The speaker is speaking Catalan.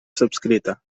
subscrita